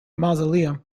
mausoleum